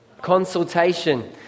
Consultation